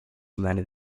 landed